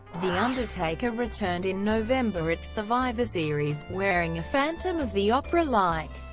the undertaker returned in november at survivor series, wearing a phantom of the opera-like,